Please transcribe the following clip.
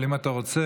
אבל אם אתה רוצה,